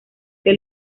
que